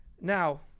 Now